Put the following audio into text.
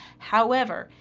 however,